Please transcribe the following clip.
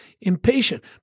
impatient